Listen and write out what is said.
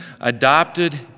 adopted